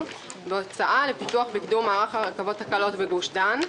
בהוצאה לפיתוח וקידום מערך הרכבות הקלות בגוש דן,